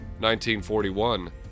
1941